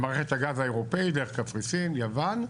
למערכת הגז האירופאית דרך קפריסין, יוון.